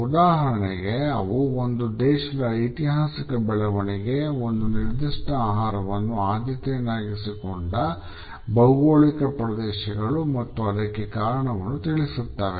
ಉದಾಹರಣೆಗೆ ಅವು ಒಂದು ದೇಶದ ಐತಿಹಾಸಿಕ ಬೆಳವಣಿಗೆ ಒಂದು ನಿರ್ದಿಷ್ಟ ಆಹಾರವನ್ನು ಆದ್ಯತೆಯನ್ನಾಗಿಸಿಕೊಂಡ ಭೌಗೋಳಿಕ ಪ್ರದೇಶಗಳು ಮತ್ತು ಅದಕ್ಕೆ ಕಾರಣವನ್ನು ತಿಳಿಸುತ್ತವೆ